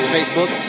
Facebook